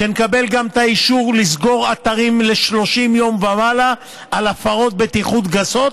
שנקבל גם את האישור לסגור אתרים ל-30 יום ומעלה על הפרות בטיחות גסות,